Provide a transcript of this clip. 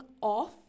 off